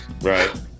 Right